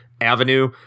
Avenue